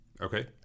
Okay